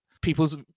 people's